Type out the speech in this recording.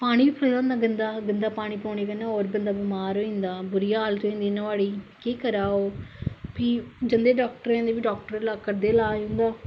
पानी बी पिलोई जंदा गंदा पानी पलोने कन्नै और बंदा बिमार होई जंदा बुरी हलात होई जंदी नुआढ़ी कि करे ओह् फ्ही जंदे डाॅकटरे कोल डाॅक्टर करदे इलाज